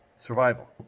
survival